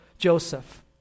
Joseph